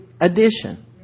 addition